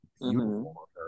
beautiful